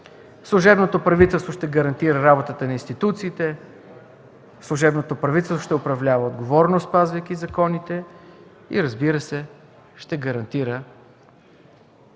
Служебното правителство ще гарантира работата на институциите. Служебното правителство ще управлява отговорно, спазвайки законите, и разбира се, ще гарантира експертност,